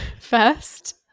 first